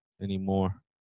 anymore